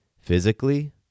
Physically